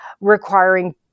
requiring